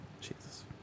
jesus